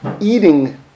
eating